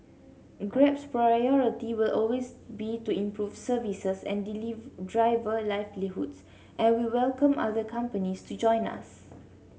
Grab's priority will always be to improve services and driver livelihoods and we welcome other companies to join us